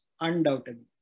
undoubtedly